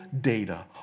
data